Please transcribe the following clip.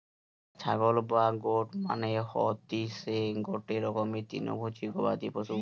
ছাগল বা গোট মানে হতিসে গটে রকমের তৃণভোজী গবাদি পশু